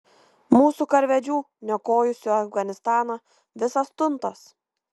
mūsų karvedžių niokojusių afganistaną visas tuntas